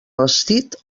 vestit